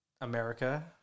America